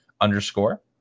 underscore